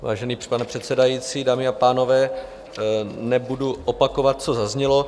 Vážený pane předsedající, dámy a pánové, nebudu opakovat, co zaznělo.